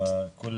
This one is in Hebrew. קאסם.